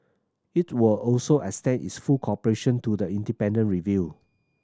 it will also extend its full cooperation to the independent review